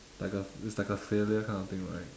like a it's like a failure kind of thing right